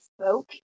spoke